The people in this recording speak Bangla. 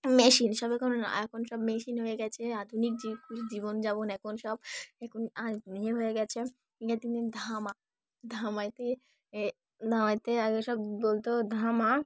মেশিন সব এখন এখন সব মেশিন হয়ে গিয়েছে আধুনিক জীব জীবনযাপন এখন সব এখন আর ইয়ে হয়ে গিয়েছে ইয়ে তিন ধামা ধামাতে এ ধামাতে আগে সব বলত ধামা